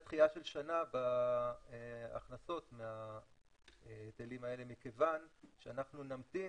דחייה של שנה בהכנסות מההיטלים האלה מכיוון שאנחנו נמתין